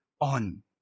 on